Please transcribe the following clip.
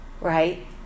Right